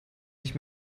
nicht